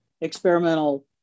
experimental